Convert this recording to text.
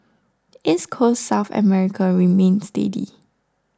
East Coast South America remained steady